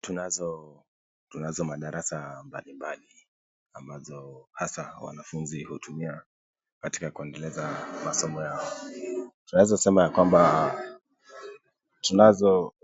Tunazo madarasa mbalimbali, ambazo hasa wanafunzi hutumia katika kuendeleza masomo yao. Tunaweza sema ya kwamba tunazo,